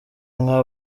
nka